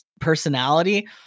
personality